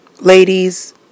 ladies